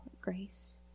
grace